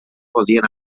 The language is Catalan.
podien